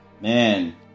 man